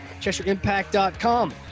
Cheshireimpact.com